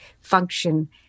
function